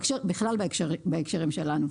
בכלל בהקשרים שלנו.